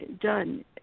done